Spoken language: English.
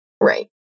Right